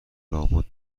لابد